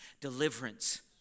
deliverance